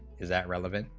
is that relevant